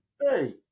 Hey